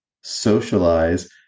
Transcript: socialize